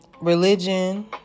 religion